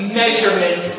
measurement